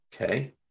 Okay